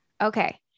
Okay